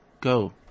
go